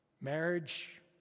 marriage